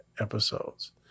episodes